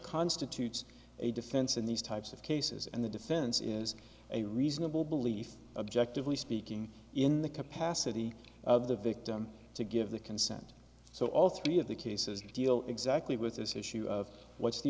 constitutes a defense in these types of cases and the defense is a reasonable belief objectively speaking in the capacity of the victim to give the consent so all three of the cases deal exactly with this issue of what's the